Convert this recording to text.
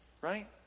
right